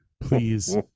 Please